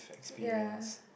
ya